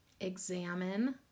examine